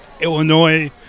Illinois